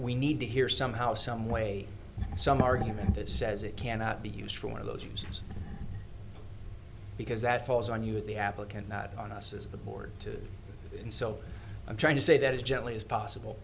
we need to hear somehow someway some argument that says it cannot be used for one of those reasons because that falls on you as the applicant not on us as the board to and so i'm trying to say that as gently as possible